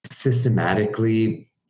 systematically